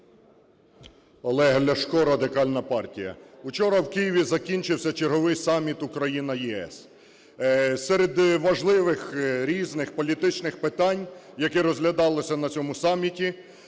Олег Ляшко, Радикальна партія. Вчора в Києві закінчився черговий саміт Україна-ЄС. Серед важливих різних політичних питань, які розглядалися на цьому саміті,